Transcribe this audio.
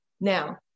Now